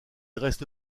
reste